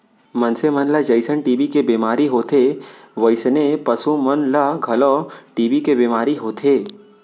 मनसे मन ल जइसन टी.बी के बेमारी होथे वोइसने पसु मन ल घलौ टी.बी के बेमारी होथे